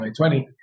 2020